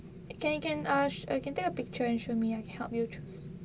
you can you can ah you can take a picture and show me I can help you choose